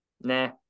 Nah